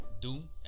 doom